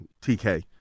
TK